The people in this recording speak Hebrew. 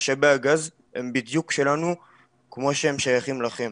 משאבי הגז הם בדיוק שלנו כמו שהם שייכים לכם